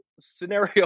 scenario